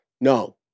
no